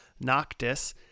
Noctis